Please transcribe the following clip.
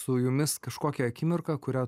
su jumis kažkokią akimirką kurią